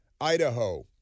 Idaho